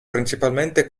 principalmente